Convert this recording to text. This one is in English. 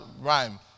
rhyme